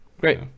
Great